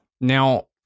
Now